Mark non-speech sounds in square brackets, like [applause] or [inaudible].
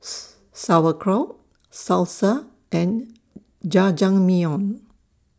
[noise] Sauerkraut Salsa and Jajangmyeon